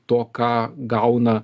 to ką gauna